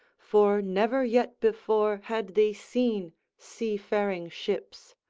for never yet before had they seen seafaring ships,